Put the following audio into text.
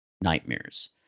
nightmares